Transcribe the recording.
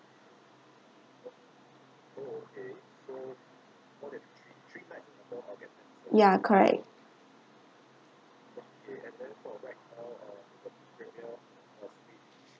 yeah correct